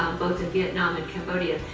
both in vietnam and cambodia,